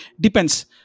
Depends